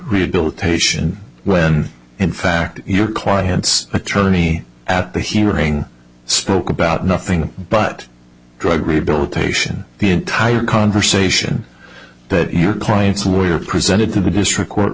rehabilitation when in fact your clients attorney at the hearing spoke about nothing but drug rehabilitation the entire conversation that your clients were presented to the district court